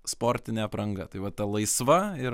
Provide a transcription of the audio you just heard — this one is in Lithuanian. sportinė apranga tai vat ta laisva ir